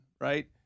right